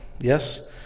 yes